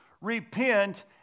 Repent